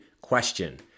question